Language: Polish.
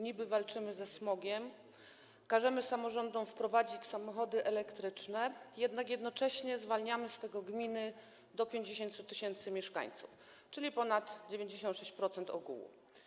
Niby walczymy ze smogiem, każemy samorządom wprowadzić samochody elektryczne, a jednocześnie zwalniamy z tego gminy do 50 tys. mieszkańców, czyli ponad 96% ogółu.